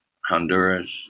Honduras